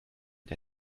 der